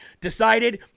decided